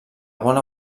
bona